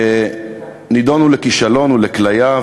נידונו לכישלון ולכליה,